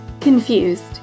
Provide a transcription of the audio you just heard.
confused